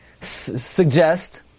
suggest